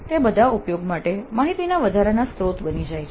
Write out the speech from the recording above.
તે બધા ઉપયોગ માટે માહિતીના વધારાના સ્ત્રોત બની જાય છે